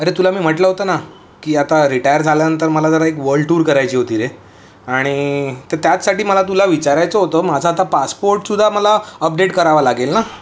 अरे तुला मी म्हटलं होतं ना की आता रिटायर झाल्यानंतर मला जरा एक वर्ल्ड टूर करायची होती रे आणि तं त्याचसाठी मला तुला विचारायचं होतं माझं आता पासपोर्टसुद्धा मला अपडेट करावा लागेल ना